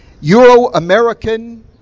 Euro-American